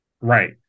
Right